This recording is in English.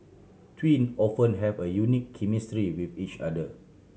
twin often have a unique chemistry with each other